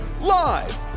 live